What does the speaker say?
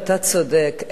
אתה צודק,